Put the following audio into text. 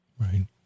Right